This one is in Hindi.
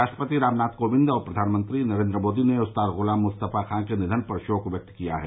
राष्ट्रपति रामनाथ कोविंद और प्रधानमंत्री नरेंद्र मोदी ने उस्ताद गुलाम मुस्तफा खान के निधन पर शोक व्यक्त किया है